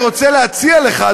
אני רוצה להציע לך,